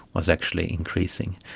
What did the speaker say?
was actually increasing.